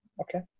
Okay